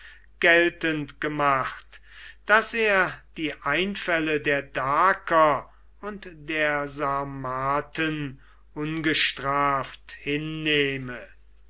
geltend gemacht daß er die einfälle der daker und der sarmaten ungestraft hinnehme